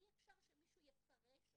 אי אפשר שמישהו יפרש אותם.